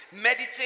Meditate